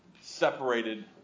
separated